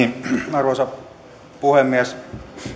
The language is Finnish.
arvoisa puhemies